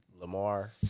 Lamar